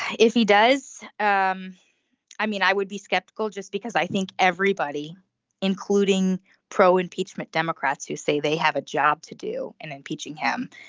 if he does. um i mean i would be skeptical just because i think everybody including pro impeachment democrats who say they have a job to do in impeaching him.